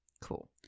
Cool